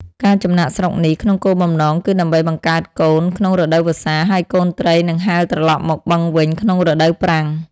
ការចំណាកស្រុកនេះ ក្នុងគោលបំណង គឺដើម្បីបង្កើតកូនក្នុងរដូវវស្សា ហើយកូនត្រីនឹងហែលត្រឡប់មកបឹងវិញក្នុងរដូវប្រាំង។